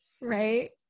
Right